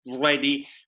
ready